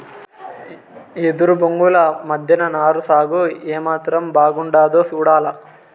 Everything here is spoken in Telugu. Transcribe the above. ఎదురు బొంగుల మద్దెన నారు సాగు ఏమాత్రం బాగుండాదో సూడాల